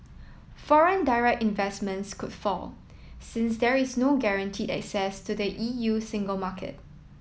foreign direct investment could fall since there is no guaranteed access to the E U single market